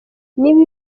niba